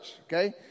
okay